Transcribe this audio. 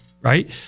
right